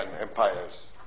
empires